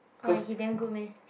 why he damn good meh